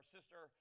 Sister